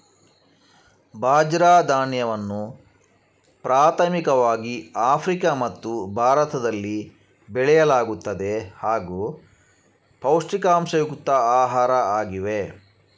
ಬಾಜ್ರ ಧಾನ್ಯವನ್ನು ಪ್ರಾಥಮಿಕವಾಗಿ ಆಫ್ರಿಕಾ ಮತ್ತು ಭಾರತದಲ್ಲಿ ಬೆಳೆಯಲಾಗುತ್ತದೆ ಹಾಗೂ ಪೌಷ್ಟಿಕಾಂಶಯುಕ್ತ ಆಹಾರ ಆಗಿವೆ